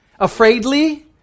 afraidly